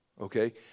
Okay